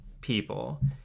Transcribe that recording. people